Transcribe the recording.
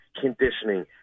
conditioning